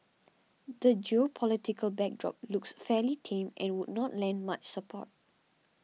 the geopolitical backdrop looks fairly tame and would not lend much support